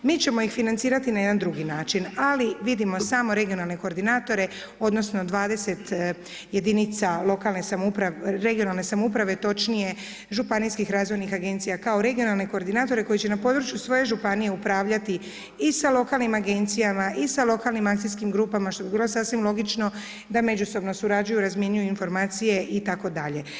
Mi ćemo ih financirati na jedan drugi način, ali vidimo samo regionalne koordinatore, odnosno 20 jedinica regionalne samouprave, točnije županijskih razvojnih agencija kao regionalne koordinatore koji će na području svoje županije upravljati i sa lokalnim agencijama i sa lokalnim akcijskim grupama što bi bilo sasvim logično da međusobno surađuju i razmjenjuju informacije itd.